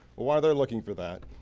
while they are looking for that,